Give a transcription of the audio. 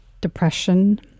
depression